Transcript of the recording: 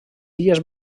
illes